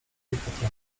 patronki